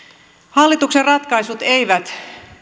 hallituksen ratkaisut eivät